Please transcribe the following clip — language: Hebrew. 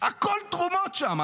הכול תרומות שם.